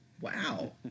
Wow